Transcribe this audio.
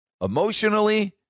emotionally